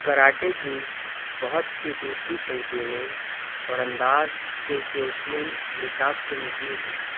karate کی بہت سی دوسری تنظیمیں اور انداز کیوکیوشین نصاب سے نکلی ہیں